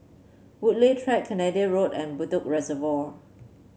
Woodleigh Track Canada Road and Bedok Reservoir